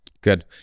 Good